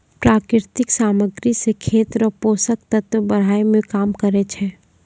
प्राकृतिक समाग्री से खेत रो पोसक तत्व बड़ाय मे काम करै छै